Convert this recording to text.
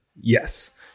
Yes